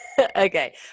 Okay